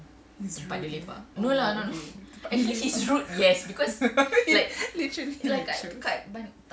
his route oh okay tempat lepak literally